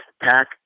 Pack